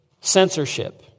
censorship